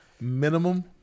Minimum